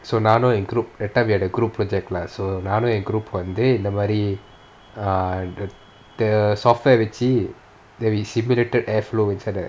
so நானும் என்:naanum en group that time we had a group project lah so நானும் என்:naanum en group வந்து:vanthu err the the software வெச்சி:vechi that we simulated air flow inside the